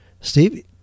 Steve